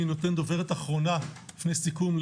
דוברת אחרונה לפני סיכום,